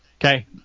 Okay